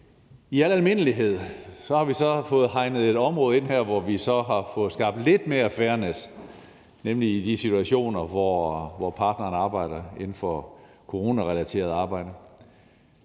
i al almindelighed. Så har vi fået hegnet et område ind her, hvor vi så har fået skabt lidt mere fairness, nemlig i de situationer, hvor partneren arbejder inden for coronarelateret arbejde.